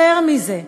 יותר מזה,